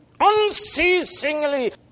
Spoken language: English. unceasingly